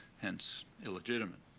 hence, illegitimate.